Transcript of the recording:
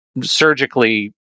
surgically